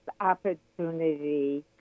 opportunity